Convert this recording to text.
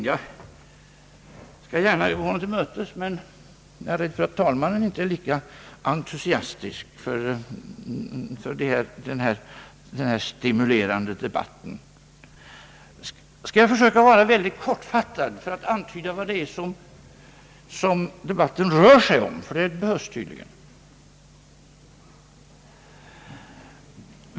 Jag skall gärna tillmötesgå honom, men jag är rädd för att herr talmannen inte är lika entusiastisk för denna stimulerande debatt. Jag vill försöka vara kortfattad för att antyda vad debatten rör sig om, vilket tydligen behövs.